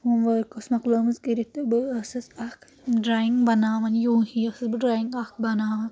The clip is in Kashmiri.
ہوم ؤرٕک ٲس مۄکلٲومٕژ کٔرِتھ تہٕ بہٕ ٲسٕس اکھ ڈرایِنٛگ بَناوان یو ہی ٲسٕس بہٕ ڈرٛایِنٛگ اکھ بَناوان